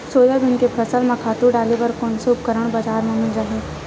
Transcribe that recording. Soybean के फसल म खातु डाले बर कोन से उपकरण बजार म मिल जाहि?